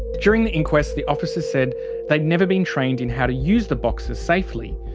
during the inquest, the officers said they've never been trained in how to use the boxes safely.